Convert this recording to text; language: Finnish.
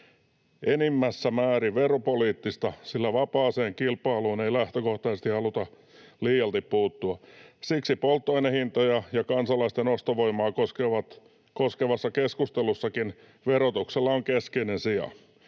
enimmässä määrin veropoliittista, sillä vapaaseen kilpailuun ei lähtökohtaisesti haluta liialti puuttua. Siksi polttoainehintoja ja kansalaisten ostovoimaa koskevassa keskustelussakin verotuksella on keskeinen sija.